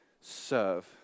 Serve